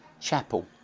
chapel